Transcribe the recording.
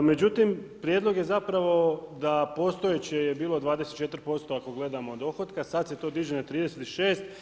Međutim, prijedlog je zapravo da postojeće je bilo 24% ako gledamo dohotka, sada se to diže na 36.